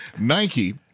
Nike